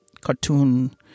cartoon